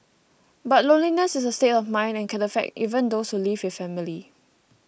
but loneliness is a state of mind and can affect even those who live with family